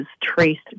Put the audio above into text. traced